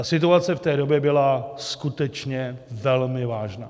Situace v té době byla skutečně velmi vážná.